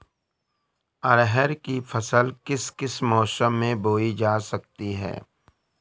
अरहर की फसल किस किस मौसम में बोई जा सकती है?